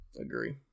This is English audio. Agree